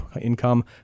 income